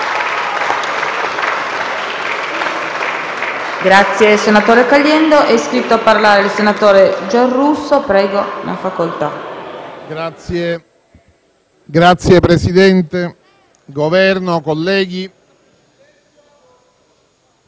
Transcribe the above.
Signor Presidente, Governo, colleghi,